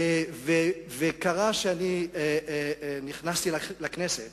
קרה שנכנסתי לכנסת